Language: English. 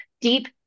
deep